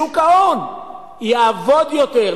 שוק ההון יעבוד יותר.